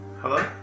Hello